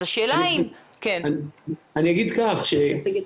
כן, אמנון.